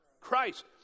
Christ